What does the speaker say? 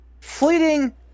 fleeting